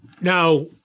Now